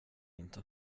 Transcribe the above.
inte